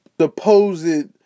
supposed